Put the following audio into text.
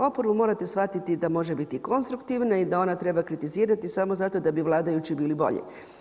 Oporbu morate shvatiti da može biti i konstruktivna i da ona treba kritizirati samo zato da bi vladajući bili bolji.